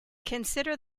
consider